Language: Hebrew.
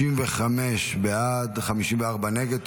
35 בעד, 54 נגד.